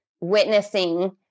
witnessing